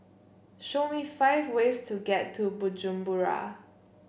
show me five ways to get to Bujumbura